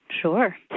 Sure